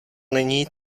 není